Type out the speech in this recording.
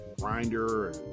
grinder